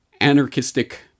anarchistic